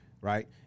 right